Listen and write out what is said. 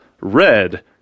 red